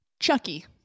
Chucky